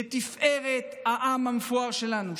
לתפארת העם המפואר שלנו.